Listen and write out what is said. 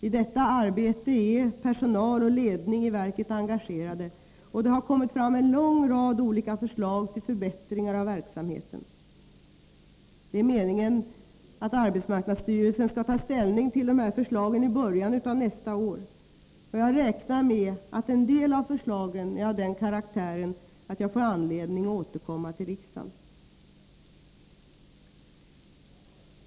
I detta arbete är personal och ledning i verket engagerade, och det har kommit fram en lång rad olika förslag till förbättringar av verksamheten. Det är meningen att arbetsmarknadsstyrelsen skall ta ställning till dessa förslag i början av nästa år. Jag räknar med att en del av förslagen är av den karaktären att jag får anledning att återkomma till riksdagen.